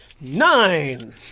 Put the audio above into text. Nine